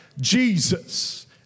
Jesus